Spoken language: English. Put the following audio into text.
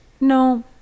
No